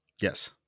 Yes